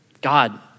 God